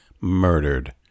murdered